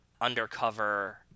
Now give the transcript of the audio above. undercover